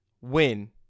win